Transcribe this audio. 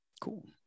cool